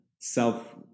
self